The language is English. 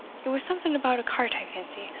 it was something about a cart, i fancy,